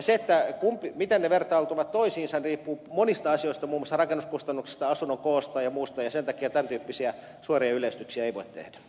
se miten ne vertautuvat toisiinsa riippuu monista asioista muun muassa rakennuskustannuksista asunnon koosta ja muusta ja sen takia tämän tyyppisiä suoria yleistyksiäivat e